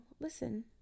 listen